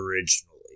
originally